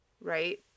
Right